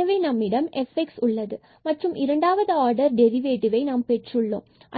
எனவே நம்மிடம் fx உள்ளது மற்றும் இரண்டாவது ஆர்டர் டெரிவேட்டிவை நாம் பெற்று